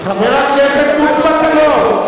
חבר הכנסת מוץ מטלון,